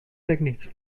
techniques